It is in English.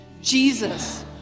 Jesus